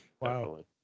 Wow